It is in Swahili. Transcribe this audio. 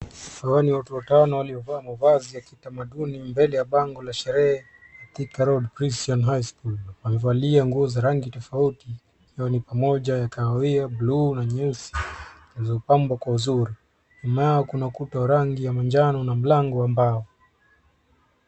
Hawa ni watu wa tano waliovaa mavazi ya kitamaduni mbele ya bango la sherehe ya Thika road Christrian high school. Wamevalia nguo za rangi tofauti hiyo ni pamoja na kahawia, bluu na nyeusi zilizopambwa kwa uzuri. Nyuma yao kuna kuta rangi ya manjano na mlangoni ambao.